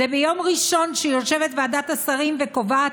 ביום ראשון יושבת ועדת השרים וקובעת